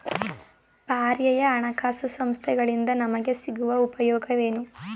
ಪರ್ಯಾಯ ಹಣಕಾಸು ಸಂಸ್ಥೆಗಳಿಂದ ನಮಗೆ ಸಿಗುವ ಉಪಯೋಗವೇನು?